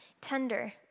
tender